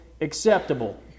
acceptable